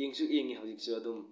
ꯌꯦꯡꯁꯨ ꯌꯦꯡꯉꯤ ꯍꯧꯖꯤꯛꯁꯨ ꯑꯗꯨꯝ